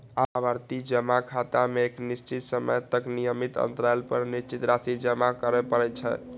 आवर्ती जमा खाता मे एक निश्चित समय तक नियमित अंतराल पर निश्चित राशि जमा करय पड़ै छै